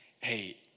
Hey